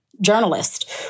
journalist